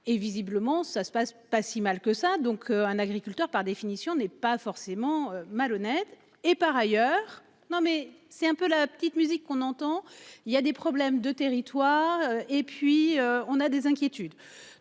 Et visiblement ça se passe pas si mal que ça donc un agriculteur, par définition, n'est pas forcément malhonnête et par ailleurs, non mais c'est un peu la petite musique qu'on entend, il y a des problèmes de territoire et puis on a des inquiétudes.